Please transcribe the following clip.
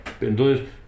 Entonces